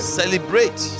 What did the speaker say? celebrate